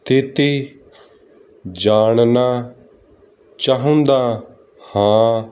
ਸਥਿਤੀ ਜਾਣਨਾ ਚਾਹੁੰਦਾ ਹਾਂ